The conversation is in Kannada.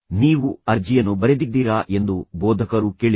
ನೀವು ಅರ್ಜಿಯನ್ನು ಬರೆದಿದ್ದೀರಾ ಎಂದು ಬೋಧಕರು ಕೇಳಿದರು